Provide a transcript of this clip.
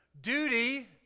Duty